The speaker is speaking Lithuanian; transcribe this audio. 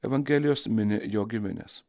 evangelijos mini jo gimines